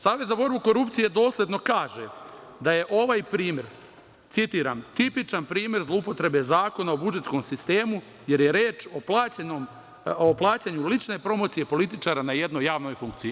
Savet za borbu korupcije dosledno kaže da je ovaj primer, citiram – tipičan primer zloupotrebe Zakona o budžetskom sistemu, jer je reč o plaćanju lične promocije političara na jednoj javnoj funkciji.